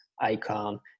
icon